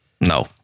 No